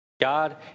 God